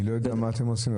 אני לא יודע מה אתם עושים,